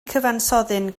cyfansoddyn